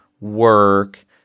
work